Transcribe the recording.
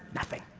nothing.